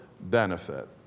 benefit